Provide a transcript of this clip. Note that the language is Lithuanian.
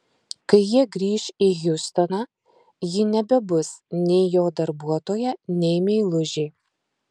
kai jie grįš į hjustoną ji nebebus nei jo darbuotoja nei meilužė